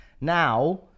now